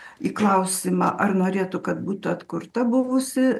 į klausimą ar norėtų kad būtų atkurta buvusi